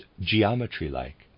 geometry-like